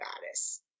goddess